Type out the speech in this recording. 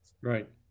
right